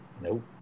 Nope